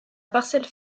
parcelle